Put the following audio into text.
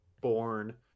born